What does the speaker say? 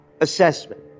assessment